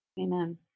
Amen